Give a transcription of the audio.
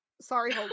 Sorry